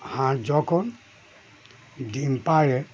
হাঁস যখন ডিম পাড়ে